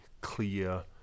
clear